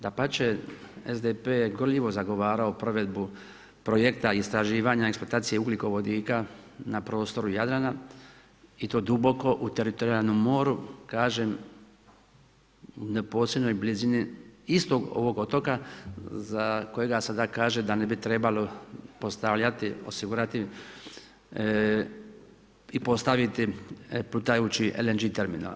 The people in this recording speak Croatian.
Dapače, SDP je gorljivo zagovarao provedbu projekta istraživanja eksploatacije ugljikovodika na prostoru Jadrana i to duboko u teritorijalnom moru, kažem u neposrednoj blizini istog ovog otoka za kojega sada kaže da ne bi trebalo postavljati osigurati i postaviti plutajući LNG terminal.